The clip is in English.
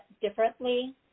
differently